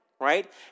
right